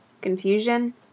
Confusion